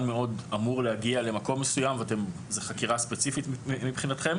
מאוד אמור להגיע למקום מסוים וזאת חקירה ספציפית מבחינתכם,